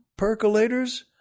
percolators